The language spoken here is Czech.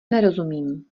nerozumím